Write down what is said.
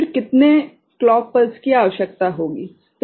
फिर कितने clock pulse की आवश्यकता होगी